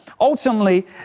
ultimately